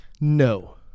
No